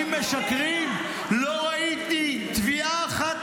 הבאתי חוק